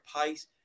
pace